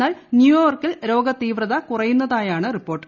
എന്നാൽ ന്യൂയോർക്കിൽ രോഗതീപ്പ്രത്യ ് കുറയുന്നതായാണ് റിപ്പോർട്ട്